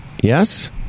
Yes